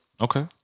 Okay